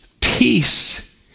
peace